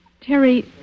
Terry